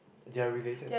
they're related